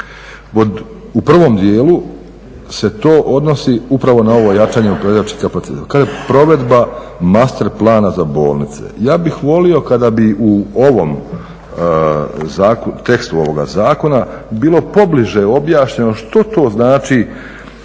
U prvom dijelu se to odnosi upravo na ovo jačanje upravljačkih kapaciteta. Kaže provedba masterplana za bolnice. Ja bih volio kada bi u tekstu ovoga zakona bilo pobliže objašnjeno što to znači